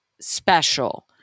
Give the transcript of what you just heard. special